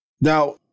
Now